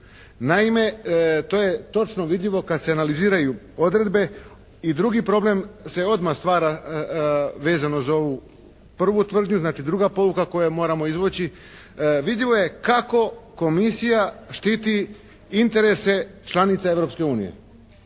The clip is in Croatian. Naime, to je točno vidljivo kad se analiziraju odredbe. I drugi problem se odmah stvara vezano za ovu prvu tvrdnju. Znači, druga pouka koju moramo izvući. Vidljivo je kako komisija štiti interese članica